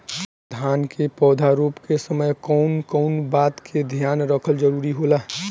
धान के पौधा रोप के समय कउन कउन बात के ध्यान रखल जरूरी होला?